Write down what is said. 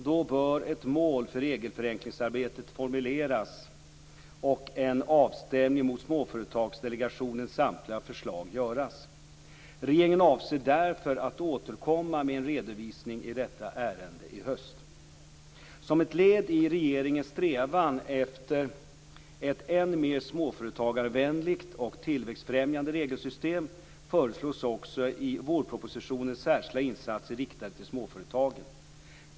Då bör ett mål för regelförenklingsarbetet formuleras och en avstämning mot Småföretagsdelegationens samtliga förslag göras. Regeringen avser därför att återkomma med en redovisning i detta ärende i höst. Som ett led i regeringens strävan efter ett än mer småföretagarvänligt och tillväxtfrämjande regelsystem föreslås också i vårpropositionen särskilda insatser riktade till småföretagen.